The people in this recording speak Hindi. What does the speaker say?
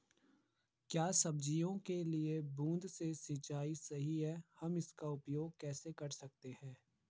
क्या सब्जियों के लिए बूँद से सिंचाई सही है हम इसका उपयोग कैसे कर सकते हैं?